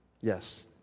Yes